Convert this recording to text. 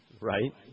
Right